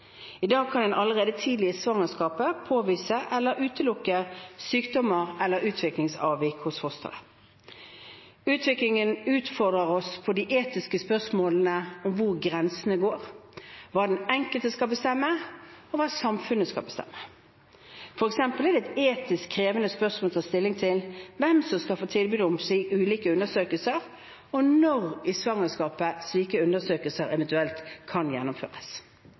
I dag kan en allerede tidlig i svangerskapet påvise eller utelukke sykdommer eller utviklingsavvik hos fosteret. Utviklingen utfordrer oss på de etiske spørsmålene om hvor grensene går, hva den enkelte skal bestemme, og hva samfunnet skal bestemme. For eksempel er det et etisk krevende spørsmål å ta stilling til hvem som skal få tilbud om ulike undersøkelser, og når i svangerskapet slike undersøkelser eventuelt kan gjennomføres.